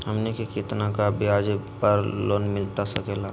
हमनी के कितना का ब्याज पर लोन मिलता सकेला?